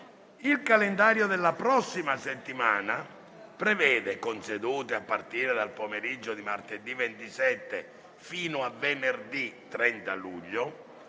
Il calendario della prossima settimana prevede, con sedute a partire dal pomeriggio di martedì 27 fino a venerdì 30 luglio,